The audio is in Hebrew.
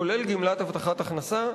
כולל גמלת הבטחת הכנסה,